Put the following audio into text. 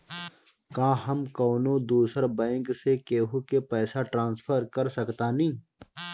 का हम कौनो दूसर बैंक से केहू के पैसा ट्रांसफर कर सकतानी?